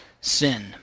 sin